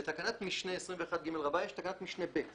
לתקנת משנה 21ג רבא יש תקנת משנה (ב),